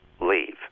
leave